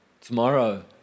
tomorrow